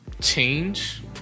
change